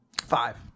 Five